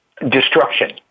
destruction